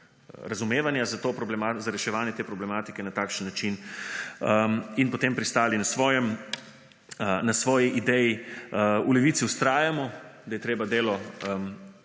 razumevanja za reševanje te problematike na takšen način in potem pristali na svoji ideji. V Levici vztrajamo, da je treba delo